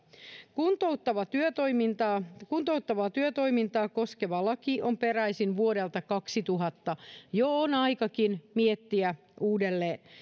kuntouttavaa työtoimintaa kuntouttavaa työtoimintaa koskeva laki on peräisin vuodelta kaksituhatta jo on aikakin miettiä uudelleen